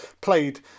played